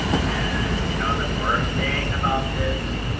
and you know the worst thing about this,